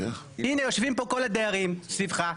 הנה יושבים פה כל הדיירים סביבך,